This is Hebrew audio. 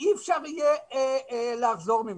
שאי אפשר יהיה לחזור ממנו.